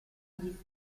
gli